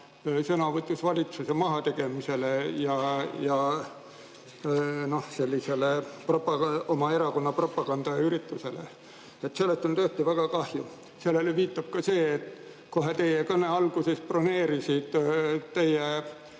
sõnavõtus valitsuse mahategemisele ja, noh, sellisele oma erakonna propagandaüritusele. Sellest on tõesti väga kahju. Sellele viitab ka see, et kohe teie kõne alguses broneerisid teie